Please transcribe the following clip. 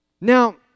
Now